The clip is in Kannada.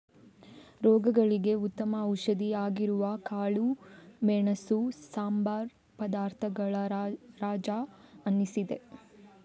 ರೋಗಗಳಿಗೆ ಉತ್ತಮ ಔಷಧಿ ಆಗಿರುವ ಕಾಳುಮೆಣಸು ಸಂಬಾರ ಪದಾರ್ಥಗಳ ರಾಜ ಅನಿಸಿದೆ